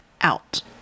out